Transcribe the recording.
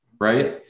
right